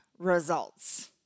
results